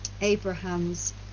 Abraham's